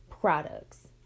products